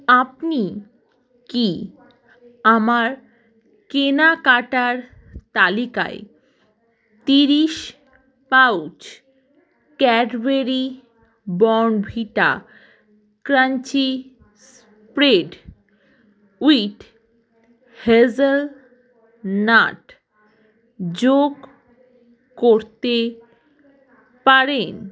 আপনি কি আমার কেনাকাটার তালিকায় তিরিশ pouch Cadbury Bournvita crunchy spread with hazelnut যোগ করতে পারেন